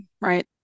right